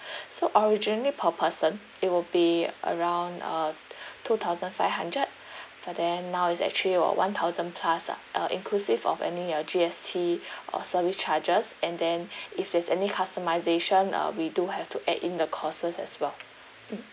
so originally per person it will be around uh two thousand five hundred but then now it's actually about one thousand plus ah uh inclusive of any uh G_S_T or service charges and then if there's any customisation uh we do have to add in the costs as well mm